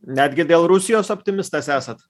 netgi dėl rusijos optimistas esat